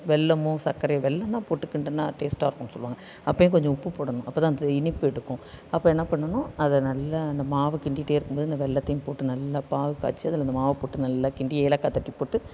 வெல்லமும் சக்கரையோ வெல்லம் தான் போட்டு கிண்டினா டேஸ்ட்டாக இருக்குன்னு சொல்லுவாங்க அப்போயும் கொஞ்சம் உப்பு போடணும் அப்போ தான் அந்த இனிப்பு எடுக்கும் அப்போ என்ன பண்ணணும் அதை நல்லா அந்த மாவை கிண்டிகிட்டே இருக்கும் போது இந்த வெல்லத்தையும் போட்டு நல்லா பாகு காய்ச்சி அதில் இந்த மாவை போட்டு நல்லா கிண்டி ஏலக்காய் தட்டி போட்டு